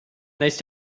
nice